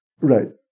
Right